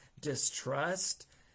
distrust